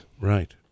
Right